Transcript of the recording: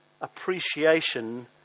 appreciation